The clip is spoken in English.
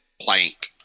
plank